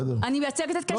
אני מייצגת את קשת ורשת.